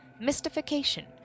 Mystification